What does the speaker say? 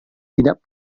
tidak